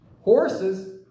Horses